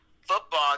football